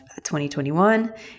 2021